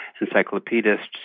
encyclopedists